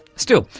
still,